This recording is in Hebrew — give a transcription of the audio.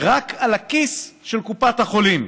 רק על הכיס של קופת החולים,